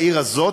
בעיר הזאת,